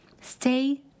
stay